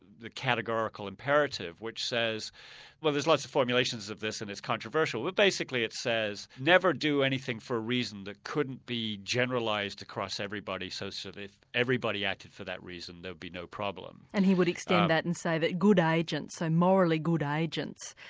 the categorical imperative which says there's lots of formulations of this and it's controversial, but basically it says never do anything for a reason that couldn't be generalised across everybody, so so that if everybody acted for that reason there would be no problem. and he would extend that and say that good agents, so morally good agents,